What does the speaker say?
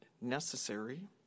necessary